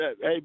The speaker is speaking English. hey